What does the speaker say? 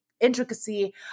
intricacy